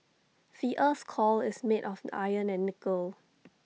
the Earth's core is made of iron and nickel